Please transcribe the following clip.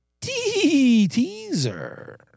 Teaser